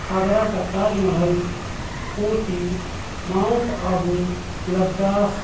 آگرہ کا تاج محل اوٹی ماؤنٹ آبو لداخ